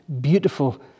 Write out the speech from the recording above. beautiful